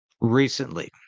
recently